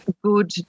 good